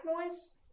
noise